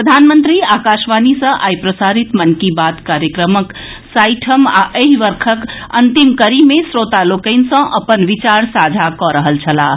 प्रधानमंत्री आकाशवाणी सॅ आई प्रसारित मन की बात कार्यक्रमक साठिम आ एहि वर्षक अंतिम कड़ी मे श्रोता लोकनि सॅ अपन विचार साझा कऽ रहल छलाह